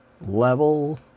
level